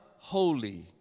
Holy